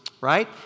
right